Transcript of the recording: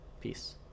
Peace